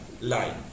line